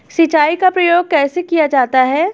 सिंचाई का प्रयोग कैसे किया जाता है?